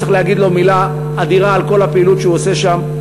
שצריך להגיד לו מילה אדירה על כל הפעילות שהוא עושה שם.